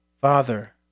Father